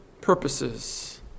purposes